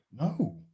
No